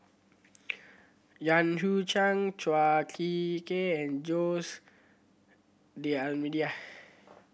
Yan Hu Chang Chua Ek Kay and Jose D'Almeida